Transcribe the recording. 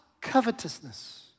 covetousness